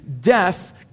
death